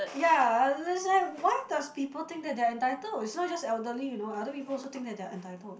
ya is like why does people think that they are entitled it's not just elderly you know other people also think that they are entitled